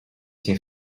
cię